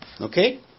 Okay